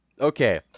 Okay